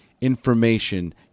information